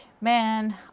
man